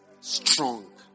strong